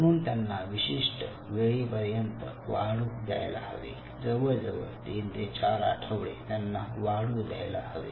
म्हणून त्यांना विशिष्ट वेळेपर्यंत वाढू द्यायला हवे जवळजवळ तीन ते चार आठवडे त्यांना वाढू द्यायला हवे